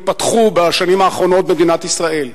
התפתחו בשנים האחרונות במדינת ישראל,